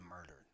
murdered